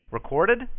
Recorded